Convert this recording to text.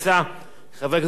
חבר הכנסת רוני בר-און,